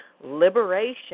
Liberation